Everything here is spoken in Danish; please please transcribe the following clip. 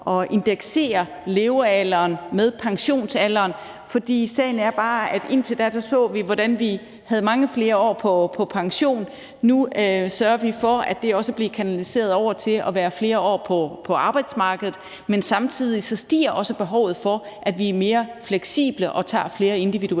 indeksere levealderen med pensionsalderen. For sagen er bare, at indtil da så vi, hvordan vi havde mange flere år på pension. Nu sørger vi for, at det også bliver kanaliseret over til at være flere år på arbejdsmarkedet. Men samtidig stiger behovet for, at vi er mere fleksible og tager flere individuelle